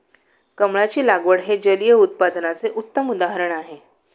कमळाची लागवड हे जलिय उत्पादनाचे उत्तम उदाहरण आहे